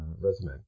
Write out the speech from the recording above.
resume